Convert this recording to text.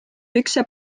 pükse